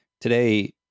today